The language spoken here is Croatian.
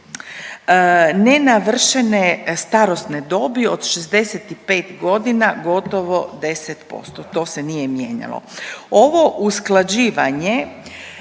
nenavršene starosne dobi od 65 godina gotovo 10%. To se nije mijenjalo. Ovo usklađivanje